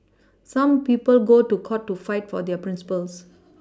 some people go to court to fight for their Principles